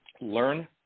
learn